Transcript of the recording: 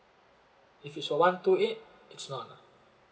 if it's a one two eight it's not ah